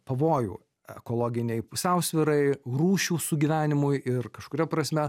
pavojų ekologinei pusiausvyrai rūšių sugyvenimui ir kažkuria prasme